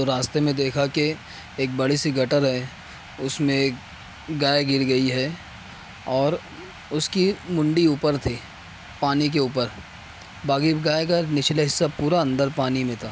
تو راستے میں دیکھا کہ ایک بڑی سی گٹر ہے اس میں ایک گائے گر گئی ہے اور اس کی منڈی اوپر تھی پانی کے اوپر باقی گائے کا نچلے حصہ پورا اندر پانی میں تھا